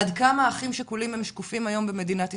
עד כמה אחים שכולים הם שקופים היום במדינת ישראל.